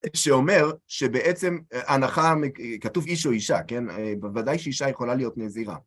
שאומר שבעצם הנחה כתוב איש או אישה, כן? בוודאי שאישה יכולה להיות נזירה.